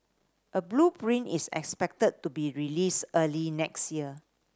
a blueprint is expected to be released early next year